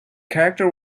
character